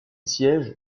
siège